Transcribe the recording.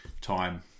time